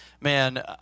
man